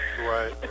Right